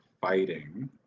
fighting